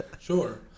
Sure